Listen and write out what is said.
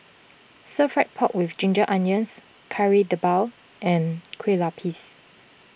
Stir Fry Pork with Ginger Onions Kari Debal and Kueh Lupis